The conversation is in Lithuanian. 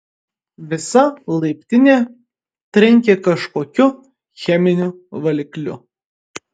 visa laiptinė trenkė kažkokiu cheminiu valikliu